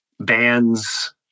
bands